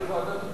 מעקב.